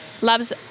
loves